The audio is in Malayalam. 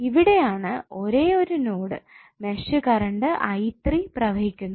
ഇവിടെ ആണ് ഒരേയൊരു നോഡ് മെഷ് കറണ്ട് i3 പ്രവഹിക്കുന്നത്